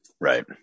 Right